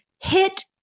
hit